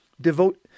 devote